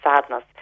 sadness